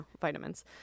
vitamins